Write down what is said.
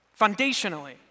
foundationally